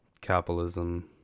capitalism